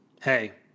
Hey